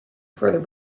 further